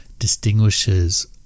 distinguishes